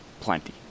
plenty